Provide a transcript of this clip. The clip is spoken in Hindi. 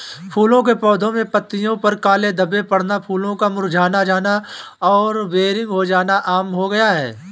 फूलों के पौधे में पत्तियों पर काले धब्बे पड़ना, फूलों का मुरझा जाना और बेरंग हो जाना आम हो गया है